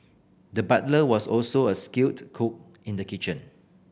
the butcher was also a skilled cook in the kitchen